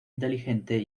inteligente